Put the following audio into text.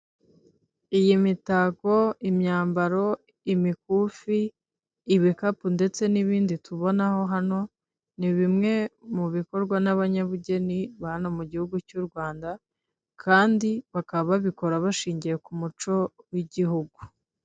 Iyi mitako, imyambaro, imikufi, ibikapu ndetse n'ibindi tubonaho hano, ni bimwe mu bikorwa n'abanyabugeni ba hano mu gihugu cy'u Rwanda, kandi bakaba babikora bashingiye ku muco w'igihugu.